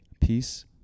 Peace